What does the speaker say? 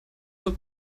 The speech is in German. zur